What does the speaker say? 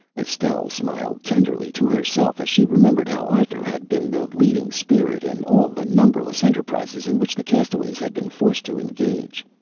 estelle smiled tenderly to herself as she remembered how arthur had been the leading spirit in all the numberless enterprises in which the castaways had been forced to engage.